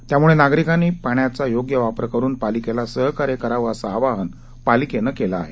त्यामुळे नागरिकांनी पाण्याचा योग्य वापर करुन पालिकेला सहकार्य करावं असं आवाहन पालिकेनं केलं आहे